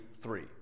three